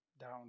down